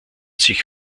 sich